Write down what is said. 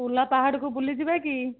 ଓଲା ପାହାଡ଼କୁ ବୁଲିଯିବା କି